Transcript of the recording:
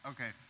Okay